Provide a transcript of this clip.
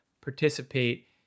participate